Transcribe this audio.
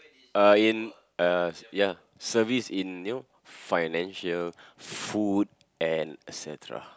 uh in uh ya service in you know financial food and et cetera